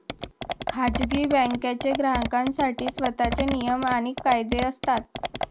खाजगी बँकांचे ग्राहकांसाठी स्वतःचे नियम आणि कायदे असतात